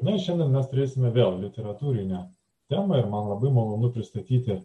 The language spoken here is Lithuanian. na šiandien mes turėsime vėl literatūrinę temą ir man labai malonu pristatyti